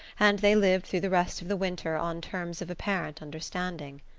and they lived through the rest of the winter on terms of apparent understanding.